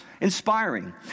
inspiring